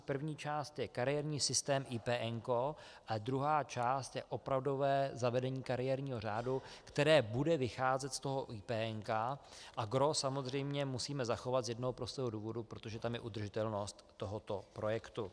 První část je kariérní systém IPn a druhá část je opravdové zavedení kariérního řádu, které bude vycházet z IPn, a gros samozřejmě musíme zachovat z jednoho prostého důvodu protože tam je udržitelnost tohoto projektu.